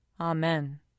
Amen